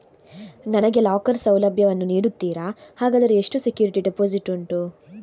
ನನಗೆ ಲಾಕರ್ ಸೌಲಭ್ಯ ವನ್ನು ನೀಡುತ್ತೀರಾ, ಹಾಗಾದರೆ ಎಷ್ಟು ಸೆಕ್ಯೂರಿಟಿ ಡೆಪೋಸಿಟ್ ಉಂಟು?